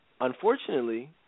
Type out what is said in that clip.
unfortunately